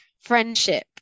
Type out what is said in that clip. friendship